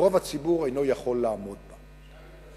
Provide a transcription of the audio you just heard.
שרוב הציבור אינו יכול לעמוד בה.